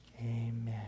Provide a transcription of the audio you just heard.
Amen